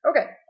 okay